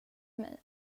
mig